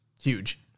huge